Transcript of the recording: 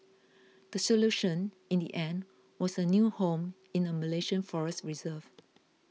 the solution in the end was a new home in a Malaysian forest reserve